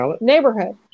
neighborhood